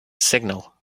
signal